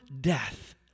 death